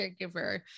caregiver